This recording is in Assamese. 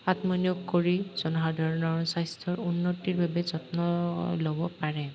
আত্মনিয়োগ কৰি জনসাধাৰণৰ স্বাস্থ্যৰ উন্নতিৰ বাবে যত্ন ল'ব পাৰে